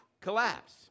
collapse